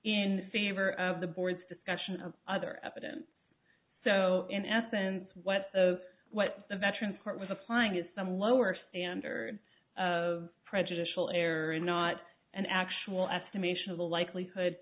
in favor of the board's discussion of other evidence so in essence what of what the veterans court was applying is some lower standard of prejudicial air and not an actual estimation of the likelihood